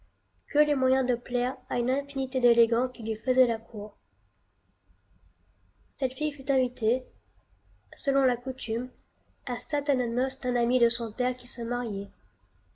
que les moyens de plaire à une infinité d'élégans qui lui faisaient la cour cette fille fut imitée selon la coutume à certaines noces d'un ami de son père qui se mariait